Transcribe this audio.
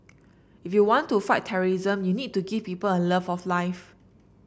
if you want to fight terrorism you need to give people a love of life